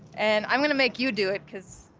and i'm going to make you do it because,